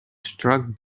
struck